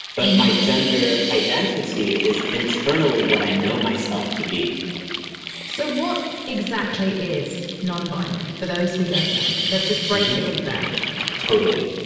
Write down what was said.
but my gender identity is internally what i know myself to be so what exactly is nonbinary for those who don't know? let's just break it all down totally.